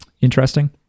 interesting